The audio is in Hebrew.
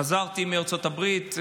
חזרתי מארצות הברית.